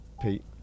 Pete